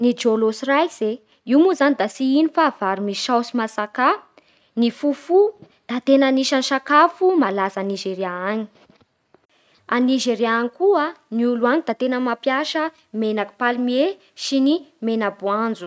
Ny jolo sy rice e, io moa da tsy igno fa vary misoa sy masaka, ny fufu da tena anisan'ny sakafo malaza a Nizeria any A Nizeria any koa, ny olo any da tena mampiasa menaky palmier sy ny mena-boanjo